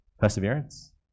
Perseverance